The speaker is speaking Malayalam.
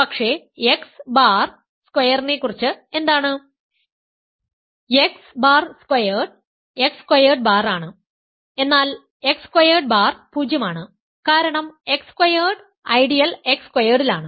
പക്ഷേ എക്സ് ബാർ സ്ക്വയറിനെക്കുറിച്ച് എന്താണ് x bar squared x squared bar ആണ് എന്നാൽ x സ്ക്വയേർഡ് ബാർ 0 ആണ് കാരണം x സ്ക്വയേർഡ് ഐഡിയൽ x സ്ക്വയർഡിലാണ്